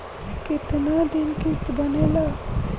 कितना दिन किस्त बनेला?